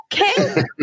okay